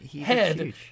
head